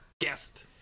guest